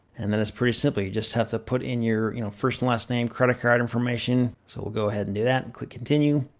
and then it's pretty simple. you just have to put in you know first and last name, credit card information. so we'll go ahead and do that, click continue.